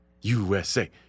USA